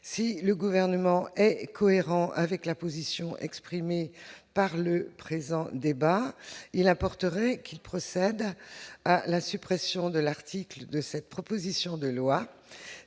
si le gouvernement est cohérent avec la position exprimée par le présent débat il importerait qu'il procède à la suppression de l'article de cette proposition de loi,